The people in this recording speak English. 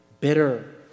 bitter